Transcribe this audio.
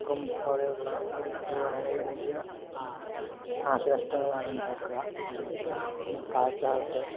പോലെയുള്ള കാര്യങ്ങള് വളരെ വലിയ നാശനഷ്ടങ്ങളാണ് ഉണ്ടാക്കുക കാറ്റാവട്ടെ